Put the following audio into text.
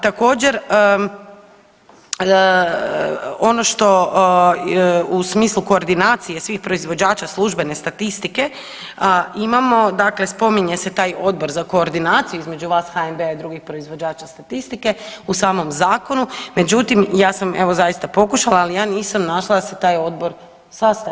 Također, ono što u smislu koordinacije svih proizvođača službene statistike imamo dakle spominje se taj odbor koordinaciju između vas HNB-a i drugih proizvođača statistike u samom zakonu, međutim ja sam evo zaista pokušala ali ja nisam našla da se taj odbor sastaje.